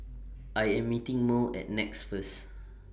I Am meeting Merl At Nex First